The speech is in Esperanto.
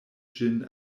ĝin